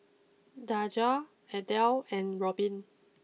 Daja Adel and Robin